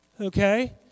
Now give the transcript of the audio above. okay